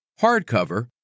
hardcover